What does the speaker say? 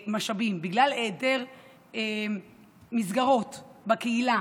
משאבים, בגלל היעדר מסגרות בקהילה